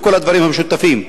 כל הדברים משותפים.